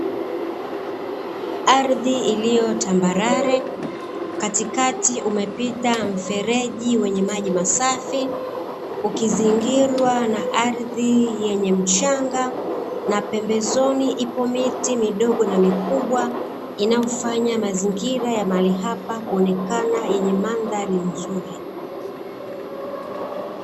Ardhi iliyo tambarare katikati umepita mfereji wenye maji masafi, ukizingirwa na ardhi yenye mchanga, na pembezoni ipo miti midogo na mikubwa, inayofanya mazingira ya mahali hapa kuonekana yenye mandhari nzuri.